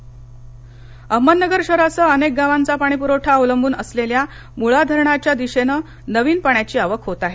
अहमदनगर अहमदनगर शहरासह अनेक गावांचा पाणीपुरवठा अवलंबून असलेल्या मुळा धरणाच्या दिशेने नवीन पाण्याची आवक होत आहे